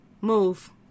Move